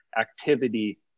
activity